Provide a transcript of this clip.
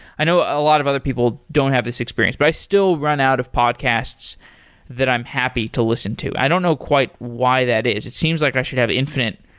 i know a lot of other people don't have this experience, but i still run out of podcasts that i'm happy to listen to. i don't know quite why that is. it seems like i should have infinite,